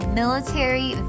military